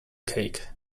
cake